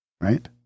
right